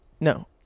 No